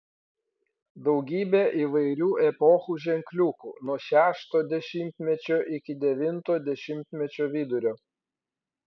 daugybė įvairių epochų ženkliukų nuo šešto dešimtmečio iki devinto dešimtmečio vidurio